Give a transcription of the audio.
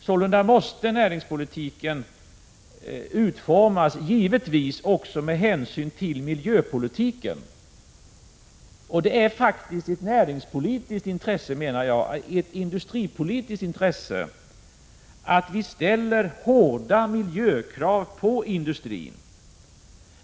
Sålunda måste näringspolitiken utformas med hänsyn till miljöpolitiken. Det är ett industripolitiskt intresse att vi ställer hårda miljökrav på industrin.